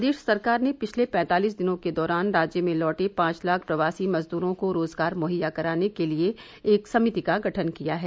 प्रदेश सरकार ने पिछले पैंतालिस दिनों के दौरान राज्य में लौटे पांच लाख प्रवासी मजदूरों को रोजगार मुहैय्या कराने के लिए एक समिति का गठन किया है